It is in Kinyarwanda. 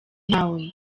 ntawe